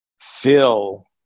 feel